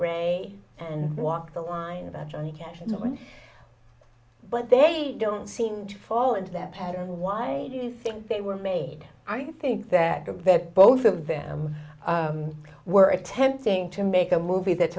ray and walk the line about johnny cash in the one but they don't seem to fall into that pattern why do you think they were made i think that the vet both of them were attempting to make a movie that's